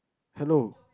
hello